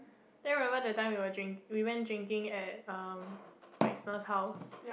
then remember that time we were drink we went drinking at um house